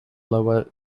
lower